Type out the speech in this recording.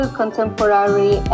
contemporary